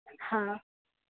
હા